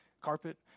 carpet